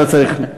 לא צריך.